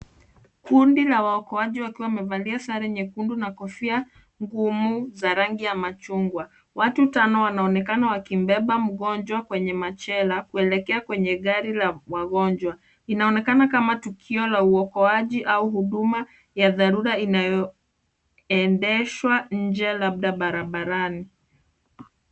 Kundi la waokoaji wakiwa wamevalia sare nyekundu na kofia ngumu za rangi ya machungwa. Watu tano wanaonekana wakimbeba mgonjwa kwenye machela, kuelekea kwenye gari la wagonjwa. Inaonekana kama tukio la uokoaji au huduma ya dharura inayoendeshwa nje, labda barabarani.